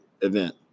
event